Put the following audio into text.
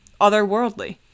otherworldly